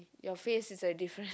your face is a difference